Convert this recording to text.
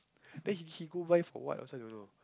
then he he go buy for what also I don't know